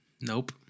Nope